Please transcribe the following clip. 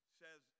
says